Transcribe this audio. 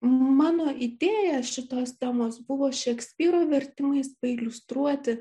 mano idėja šitos temos buvo šekspyro vertimais pailiustruoti